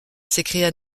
s’écria